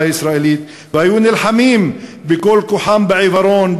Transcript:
הישראלית והיו נלחמים בכל כוחם בעיוורון,